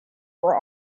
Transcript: were